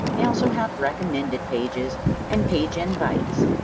they also have recommended pages and page invites.